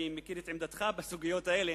אני מכיר את עמדתך בסוגיות האלה.